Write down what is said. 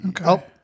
Okay